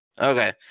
okay